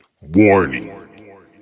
Warning